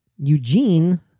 Eugene